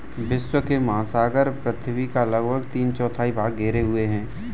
विश्व के महासागर पृथ्वी का लगभग तीन चौथाई भाग घेरे हुए हैं